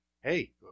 hey